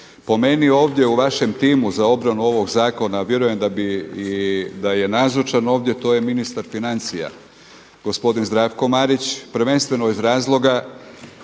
Po meni ovdje u vašem timu za obranu ovog zakona a vjerujem da bi i da je nazočan ovdje to je ministar financija gospodin Zdravko Marić prvenstveno iz razloga